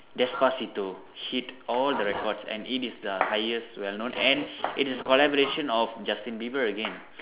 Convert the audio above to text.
despacito hit all the records and it is the highest well known and it is collaboration of Justin Bieber again